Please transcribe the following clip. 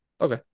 Okay